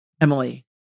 Emily